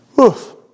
Oof